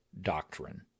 doctrine